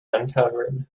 uncovered